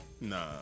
Nah